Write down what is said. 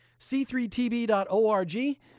c3tb.org